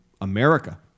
America